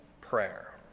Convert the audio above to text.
prayer